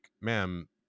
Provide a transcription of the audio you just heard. ma'am